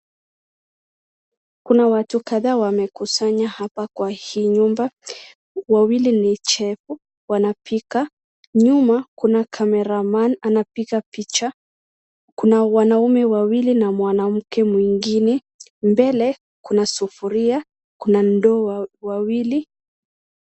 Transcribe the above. Kuna watu kadhaa wamekusanya hapa kwa hii nyumba. Wawili ni chef , wanapika. Nyuma kuna cameraman anapiga picha. Kuna wanaume wawili na mwanamke mwingine. Mbele kuna sufuria, kuna ndoo wawili.